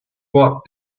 watt